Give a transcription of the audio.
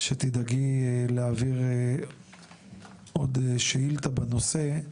שתדאגי להעביר עוד שאילתה בנושא,